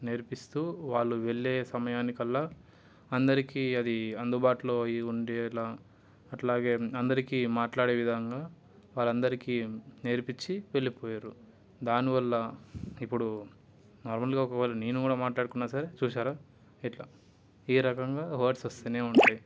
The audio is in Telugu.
నేర్పిస్తూ వాళ్ళు వెళ్ళే సమయానికల్లా అందరికీ అది అందుబాటులో ఈ ఉండేలా అట్లాగే అందరికీ మాట్లాడే విధంగా వాళ్ళందరికీ నేర్పించి వెళ్ళిపోయిరు దానివల్ల ఇప్పుడు నార్మల్గా ఒకవేళ నేను కూడా మాట్లాడుకున్నా సరే చూశారా ఎట్ల ఏ రకంగా వాడ్స్ వస్తూనే ఉంటాయి